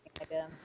idea